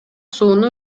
сууну